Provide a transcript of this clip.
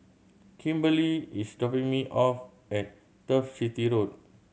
Kimberlee is dropping me off at Turf City Road